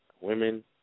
Women